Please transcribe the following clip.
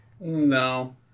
No